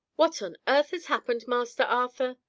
what on earth has happened, master arthur?